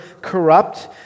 corrupt